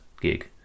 gig